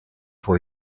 for